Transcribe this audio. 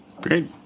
Great